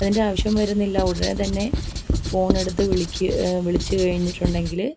അതിൻ്റെ ആവശ്യം വരുന്നില്ല ഉടനെ തന്നെ ഫോൺ എടുത്ത് വിളിക്ക് വിളിച്ചു കഴിഞ്ഞിട്ടുണ്ടെങ്കിൽ